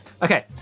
Okay